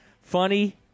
funny